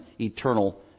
eternal